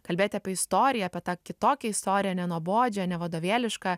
kalbėti apie istoriją apie tą kitokią istoriją nenuobodžią nevadovėlišką